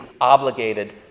obligated